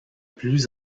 plus